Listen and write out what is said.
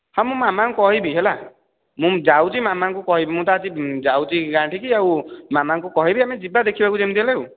ହଁ ମୁଁ ମାମାଙ୍କୁ କହିବି ହେଲା ମୁଁ ଯାଉଛି ମାମାଙ୍କୁ କହିବି ମୁଁ ତ ଆଜି ଯାଉଛି ଗାଁଠିକି ଆଉ ମାମାଙ୍କୁ କହିବି ଆମେ ଯିବା ଦେଖିବାକୁ ଯେମିତି ହେଲେ